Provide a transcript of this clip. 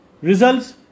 results